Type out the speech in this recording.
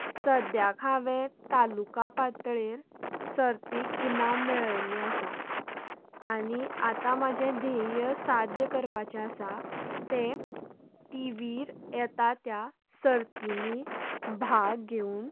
सद्याक हांवें तालुका पातळेर सर्तेक इनाम मेळिल्ली आसा आनी आतां म्हजे ध्येय साद्य करपाचे आसा तें टी वीर येता त्या सर्तीनीं भाग घेवून